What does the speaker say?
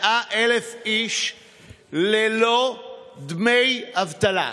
100,000 איש ללא דמי אבטלה.